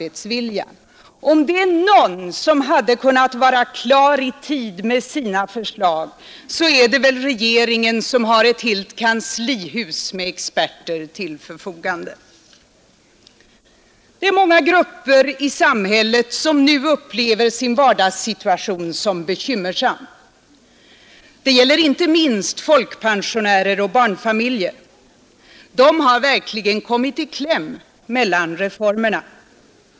Om någon kunnat vara klar i tid med sina förslag, så är det väl regeringen som har ett helt kanslihus med experter till sitt förfogande. Det är många grupper i samhället som nu upplever sin vardagssituation som bekymmersam. Det gäller inte minst folkpensionärer och barnfamiljer. De har verkligen kommit i kläm mellan reformerna.